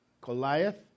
Goliath